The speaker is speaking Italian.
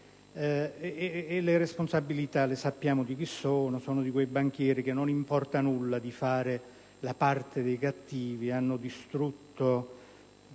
Le responsabilità sappiamo di chi sono: sono di quei banchieri a cui non importa nulla di fare la parte dei cattivi, gli stessi